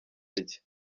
rye